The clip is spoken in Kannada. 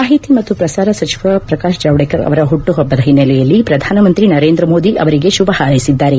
ಮಾಹಿತಿ ಮತ್ತು ಪ್ರಸಾರ ಸಚಿವ ಪ್ರಕಾಶ್ ಜಾವಡೇಕರ್ ಅವರ ಹುಟ್ಟುಹಬ್ಬದ ಹಿನ್ನೆಲೆಯಲ್ಲಿ ಪ್ರಧಾನಮಂತ್ರಿ ನರೇಂದ್ರ ಮೋದಿ ಅವರಿಗೆ ಶುಭ ಹಾರ್ೈಸಿದ್ದಾರೆ